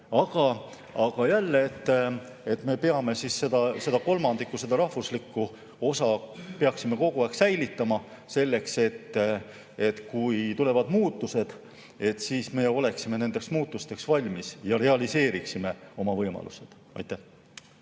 Aga jälle, me peame seda ühte kolmandikku, seda rahvuslikku osa kogu aeg säilitama selleks, et kui tulevad muutused, siis me oleksime nendeks muutusteks valmis ja realiseeriksime oma võimalused. Aitäh!